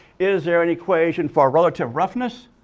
is there an equation for relative roughness?